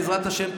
בעזרת השם,